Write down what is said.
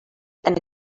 eine